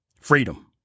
freedom